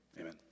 Amen